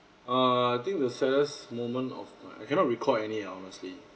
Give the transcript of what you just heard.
err I think the saddest moment of my I cannot recall any honestly